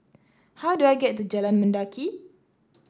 how do I get to Jalan Mendaki